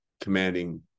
commanding